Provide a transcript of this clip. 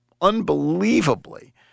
unbelievably